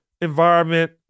environment